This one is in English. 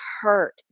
hurt